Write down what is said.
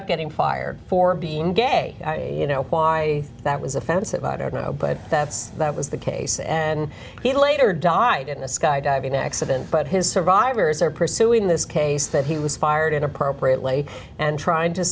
up getting fired for being gay you know why that was offensive i don't know but that's that was the case and he later died in a skydiving accident but his survivors are pursuing this case that he was fired in appropriately and trying to